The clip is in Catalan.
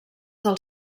del